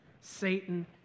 Satan